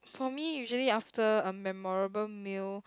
for me usually after a memorable meal